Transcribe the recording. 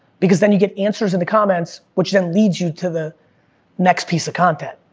because then you get answers in the comments, which then leads you to the next piece of content.